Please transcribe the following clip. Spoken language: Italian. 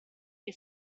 che